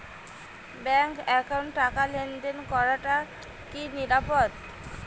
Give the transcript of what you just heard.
Bank একাউন্টত টাকা লেনদেন করাটা কি নিরাপদ?